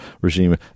regime